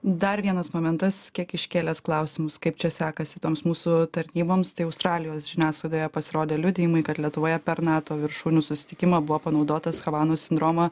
dar vienas momentas kiek iškėlęs klausimus kaip čia sekasi toms mūsų tarnyboms tai australijos žiniasklaidoje pasirodė liudijimai kad lietuvoje per nato viršūnių susitikimą buvo panaudotas havanos sindromą